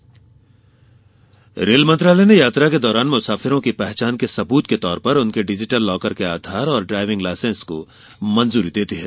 rail पहचान rail मंत्रालय ने यात्रा के दौरान मुसाफिरों की पहचान के सब्रत के तौर पर उनके डिजिटल लॉकर के आधार और ड्राइविंग लाइसेंस को मंजूरी दे दी है